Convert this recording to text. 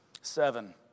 Seven